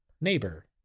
Neighbor